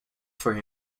for